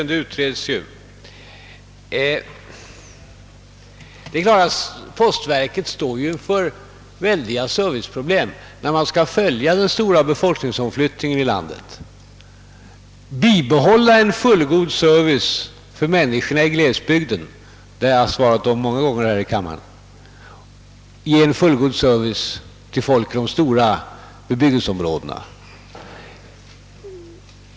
Herr talman! Frågan om checklön utreds ju. Det är klart att postverket står inför väldiga serviceproblem när det gäller att följa den stora befolkningsomflyttningen i landet, bibehålla en fullgod service för människorna i glesbygden — det har jag talat om många gånger här i kammaren — och ge en fullgod service åt folk i de stora bebyggelseområdena.